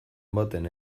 baten